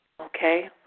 Okay